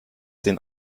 den